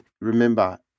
remember